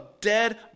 dead